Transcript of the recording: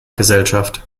gesellschaft